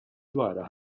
dwarha